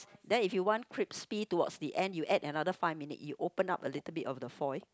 then if you want crispy towards the end you add another five minute you open up a little bit of the foil